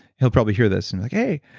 he'll probably here this and be like, hey.